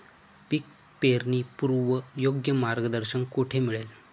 पीक पेरणीपूर्व योग्य मार्गदर्शन कुठे मिळेल?